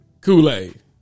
Kool-Aid